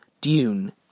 Dune